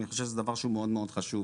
ואני חושב שזה דבר שהוא מאוד מאוד חשוב.